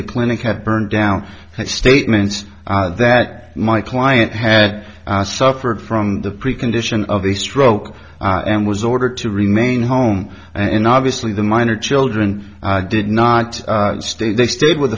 the clinic had burned down statements that my client had suffered from the precondition of a stroke and was ordered to remain home and obviously the minor children did not stay they stayed with